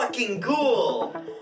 Ghoul